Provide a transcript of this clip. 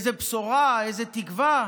איזו בשורה, איזו תקווה?